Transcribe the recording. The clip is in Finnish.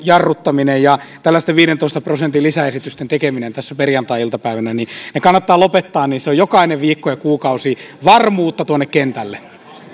jarruttaminen ja tällaisten viidentoista prosentin lisäesitysten tekeminen tässä perjantai iltapäivänä kannattaa lopettaa niin että se on jokainen viikko ja kuukausi varmuutta tuonne kentälle